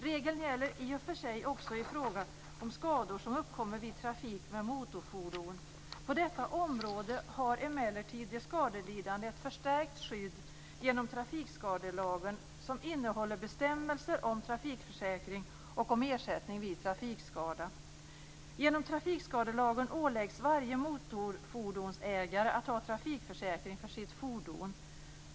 Regeln gäller i och för sig också i fråga om skador som uppkommer vid trafik med motorfordon. På detta område har emellertid de skadelidande ett förstärkt skydd genom trafikskadelagen, som innehåller bestämmelser om trafikförsäkring och om ersättning vid trafikskada. Genom trafikskadelagen åläggs varje motorfordonsägare att ha trafikförsäkring för sitt fordon.